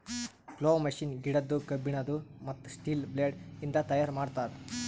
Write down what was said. plough machine ಗಿಡದ್ದು, ಕಬ್ಬಿಣದು, ಮತ್ತ್ ಸ್ಟೀಲ ಬ್ಲೇಡ್ ಇಂದ ತೈಯಾರ್ ಮಾಡ್ತರ್